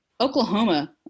Oklahoma